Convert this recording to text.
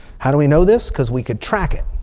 how do we know this? because we could track it.